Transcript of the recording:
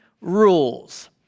rules